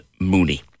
Mooney